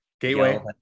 Gateway